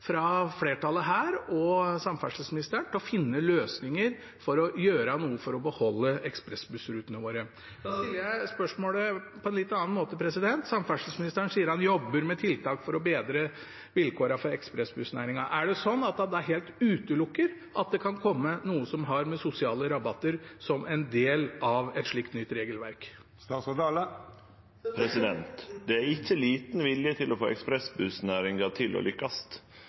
fra flertallets og samferdselsministerens side til å finne løsninger for å gjøre noe for å beholde ekspressbussrutene våre. Da stiller jeg spørsmålet på en litt annen måte. Samferdselsministeren sier han jobber med tiltak for å bedre vilkårene for ekspressbussnæringen. Er det sånn at han da helt utelukker at det kan komme noe som har med sosiale rabatter å gjøre som en del av et slikt nytt regelverk? Det er ikkje liten vilje til å få ekspressbussnæringa til å